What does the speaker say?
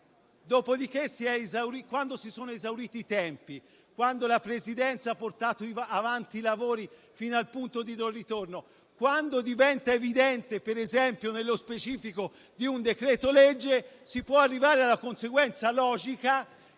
ratio:* quando si sono esauriti i tempi, quando la Presidenza ha portato avanti i lavori fino al punto di non ritorno, quando ciò diventa evidente, per esempio nello specifico di un decreto-legge, si può arrivare alla conseguenza logica